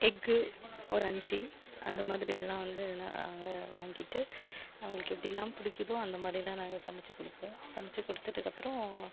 egg ஒரு அஞ்சு அந்த மாதிரி எல்லா வந்து நாங்கள் வாங்கிகிட்டு அவங்களுக்கு எப்படிலாம் பிடிக்கிதோ அந்த மாரிலாம் நாங்கள் சமைச்சி கொடுப்போம் சமைச்சி கொடுத்ததுக்கு அப்புறோ